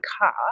car